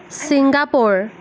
Singapore